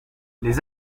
les